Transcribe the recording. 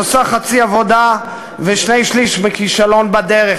היא עושה חצי עבודה ושני-שלישים בכישלון בדרך.